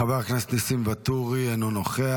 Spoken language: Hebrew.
חבר הכנסת ניסים ואטורי, אינו נוכח.